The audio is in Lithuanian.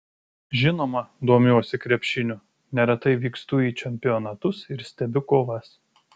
žinoma domiuosi krepšiniu neretai vykstu į čempionatus ir stebiu kovas